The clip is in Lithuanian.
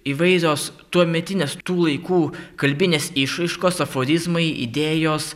įvairios tuometinės tų laikų kalbinės išraiškos aforizmai idėjos